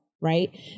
Right